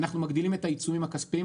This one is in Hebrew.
אנחנו מגדילים את העיצומים הכספיים,